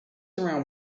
around